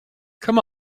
come